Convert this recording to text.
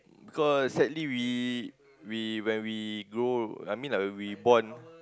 because sadly we we when we grow I mean like when we born